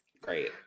Great